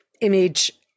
image